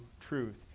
truth